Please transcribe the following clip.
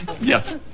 Yes